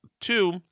two